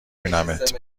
بینمت